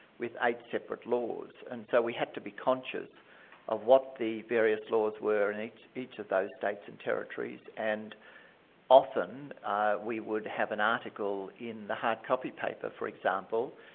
with eight separate laws, and so we had to be conscious of what the various laws were in each of those states and territories, and often we would have an article in the hard-copy paper, for example,